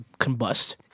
combust